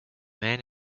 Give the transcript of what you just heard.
man